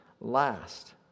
last